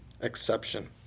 exception